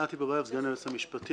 נתי בביוף, סגן היועצת המשפטית.